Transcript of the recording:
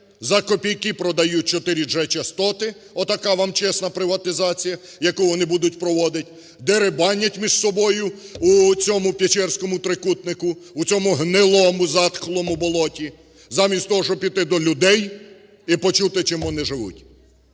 за копійки продають 4G-частоти. Отака вам чесна приватизація, яку вони будуть проводити. Дерибанять між собою у цьому печерському трикутнику, у цьому гнилому, затхлому болоті, замість того, щоб піти до людей і почути, чим вони живуть.